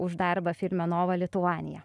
už darbą filme nova lituanija